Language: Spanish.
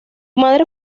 madre